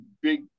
big